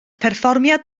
perfformiad